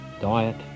Diet